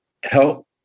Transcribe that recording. help